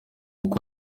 kuko